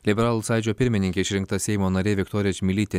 liberalų sąjūdžio pirmininkė išrinkta seimo narė viktorija čmilytė